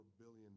billion